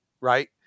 right